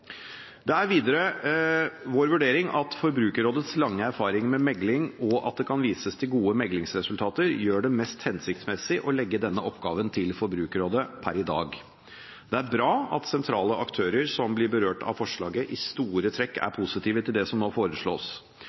Det er videre vår vurdering at Forbrukerrådets lange erfaring med mekling, og at det kan vises til gode meklingsresultater, gjør det mest hensiktsmessig å legge denne oppgaven til Forbrukerrådet per i dag. Det er bra at sentrale aktører som blir berørt av forslaget, i store trekk er positive til det som nå foreslås.